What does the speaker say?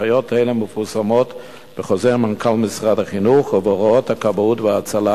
הנחיות אלה מתפרסמות בחוזר מנכ"ל משרד החינוך ובהוראות הכבאות וההצלה,